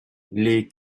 les